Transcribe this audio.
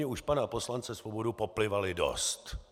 Už pana poslance Svobodu poplivali dost.